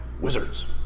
Wizards